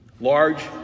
Large